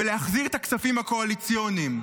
ולהחזיר את הכספים הקואליציוניים.